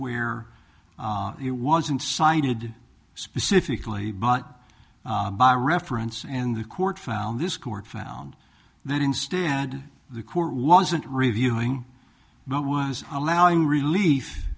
where it wasn't sided specifically but by reference and the court found this court found that instead the court wasn't reviewing but was allowing relief